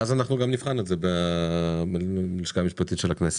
אז נבחן את זה בלשכה המשפטית של הכנסת,